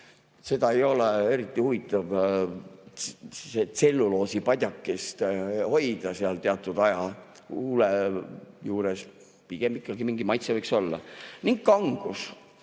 seda ei ole eriti huvitav, seda tselluloosipadjakest hoida seal teatud aja huule juures. Pigem mingi maitse võiks ikkagi olla. Ning kangus.